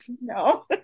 No